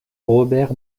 robert